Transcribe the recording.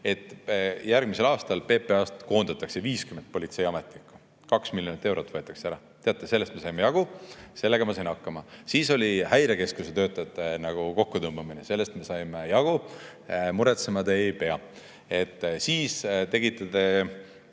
et järgmisel aastal PPA‑st koondatakse 50 politseiametnikku, 2 miljonit eurot võetakse ära. Teate, sellest me saime jagu, sellega ma sain hakkama. Siis oli Häirekeskuse töötajate kokkutõmbamine. Sellest me saime jagu, muretsema te ei pea. Siis tegite te